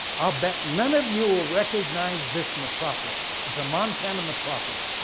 ah bet none of you ah recognize this metropolis. it's a montana metropolis.